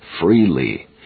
freely